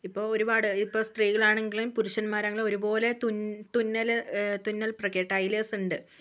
ഇപ്പോൾ ഒരുപാട് ഇപ്പോൾ സ്ത്രീകളാണെങ്കിലും പുരുഷന്മാരാണെങ്കിലും ഒരുപോലെ തുന്നൽ തുന്നൽ ടൈലേഴ്സുണ്ട്